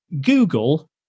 Google